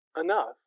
enough